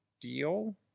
deal